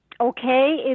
okay